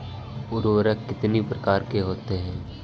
उर्वरक कितनी प्रकार के होता हैं?